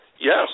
Yes